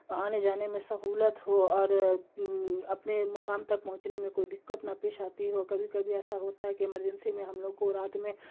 آنے جانے میں سہولت ہو اور اپنے مقام تک پہنچنے میں کوئی دقت نہ پیش آتی ہو کبھی کبھی ایسا ہوتا ہے کہ ایمرجنسی میں ہم لوگوں کو رات میں